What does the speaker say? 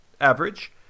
average